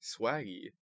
Swaggy